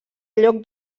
lloc